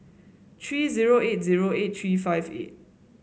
three zero eight zero eight three five eight